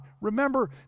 Remember